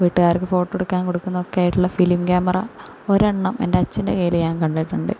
കൂട്ടുകാര്ക്കു photo എടുക്കാൻ കൊടുക്കുന്നതൊക്കെയായിട്ടുള്ള film camera ഒരെണ്ണം എന്റെ അച്ഛന്റെ കൈയിൽ ഞാൻ കണ്ടിട്ടുണ്ട്